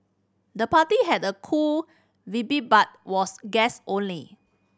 the party had a cool but was guest only